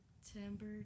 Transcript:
September